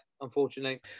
unfortunately